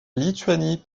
lituanie